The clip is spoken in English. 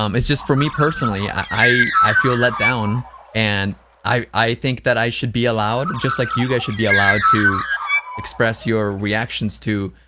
um it's just for me, personally, i i feel let down and i i think that i should be allowed, just like you guys should be allowed, to express your reactions to